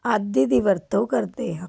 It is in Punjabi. ਆਦਿ ਦੀ ਵਰਤੋਂ ਕਰਦੇ ਹਾਂ